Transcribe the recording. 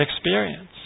experience